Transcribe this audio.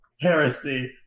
Heresy